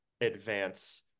advance